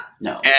No